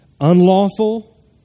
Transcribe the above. Unlawful